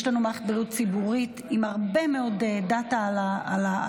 יש לנו מערכת בריאות ציבורית עם הרבה מאוד דאטה על הישראלים,